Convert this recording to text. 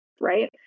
right